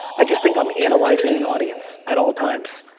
i just think i'm analyzing an audience at all times.